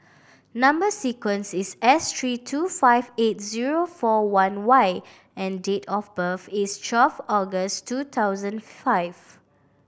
number sequence is S three two five eight zero four one Y and date of birth is twelve August two thousand five